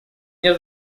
нет